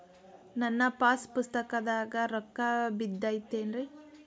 ನನ್ನ ಪಾಸ್ ಪುಸ್ತಕದಾಗ ರೊಕ್ಕ ಬಿದ್ದೈತೇನ್ರಿ?